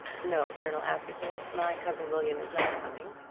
no, colonel askerton, my cousin william is not coming.